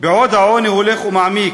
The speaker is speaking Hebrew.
בעוד העוני הולך ומעמיק,